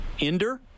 Ender